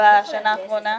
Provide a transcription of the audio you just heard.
בשנה אחרונה.